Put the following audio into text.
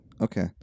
Okay